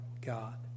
God